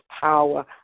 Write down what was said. power